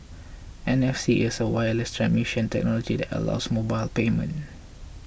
N F C is a wireless transmission technology that allows mobile payment